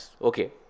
Okay